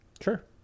Sure